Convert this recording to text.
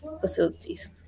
facilities